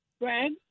Greg